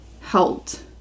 helped